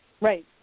Right